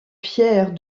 pierre